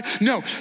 No